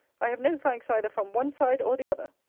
i have no thanks either from one side or the other.